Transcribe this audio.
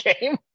game